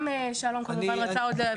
גם שלום, כמובן, רצה לדבר.